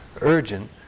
urgent